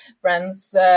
friends